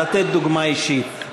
לתת דוגמה אישית,